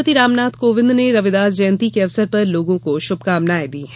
राष्ट्रपति रामनाथ कोविंद ने रविदास जयंती के अवसर पर लोगों को शुभकामनाएं दी हैं